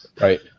Right